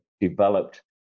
developed